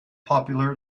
popular